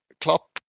Klopp